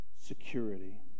Security